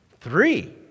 Three